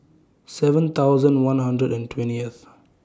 seven thousand one hundred and twentieth